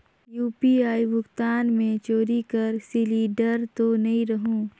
UPI भुगतान मे चोरी कर सिलिंडर तो नइ रहु?